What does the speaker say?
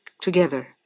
together